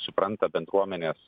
supranta bendruomenės